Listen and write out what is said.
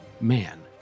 man